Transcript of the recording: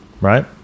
right